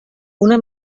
una